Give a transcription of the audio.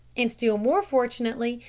and, still more fortunately,